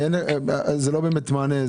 זה לא באמת מענה,